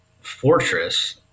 Fortress